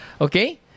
Okay